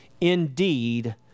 indeed